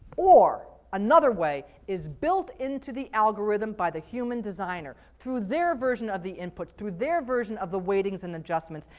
or another way is built into the algorithm by the human designer, through their version of the input, through their version of the weightings and adjustments,